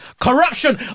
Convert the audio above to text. Corruption